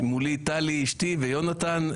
מולי טלי אשתי ויונתן,